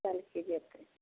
कहै छिए जेतै